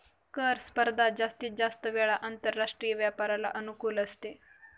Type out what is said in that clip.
कर स्पर्धा जास्तीत जास्त वेळा आंतरराष्ट्रीय व्यापाराला अनुकूल असते